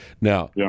Now